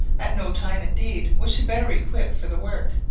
at no time, indeed, was she better equipped for the work.